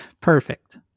Perfect